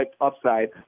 upside